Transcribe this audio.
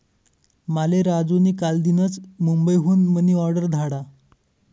माले राजू नी कालदीनच मुंबई हुन मनी ऑर्डर धाडा